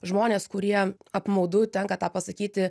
žmonės kurie apmaudu tenka tą pasakyti